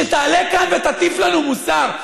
שתעלה כאן ותטיף לנו מוסר,